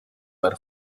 were